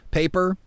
paper